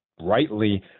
rightly